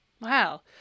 Wow